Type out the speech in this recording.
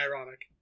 ironic